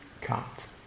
cut